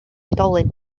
oedolyn